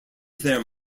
their